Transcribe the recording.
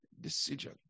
decision